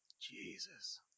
Jesus